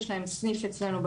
יש להם סניף אצלנו בעיר.